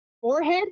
forehead